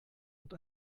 und